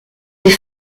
est